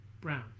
Brown